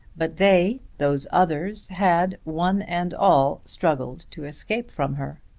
but they those others had, one and all, struggled to escape from her.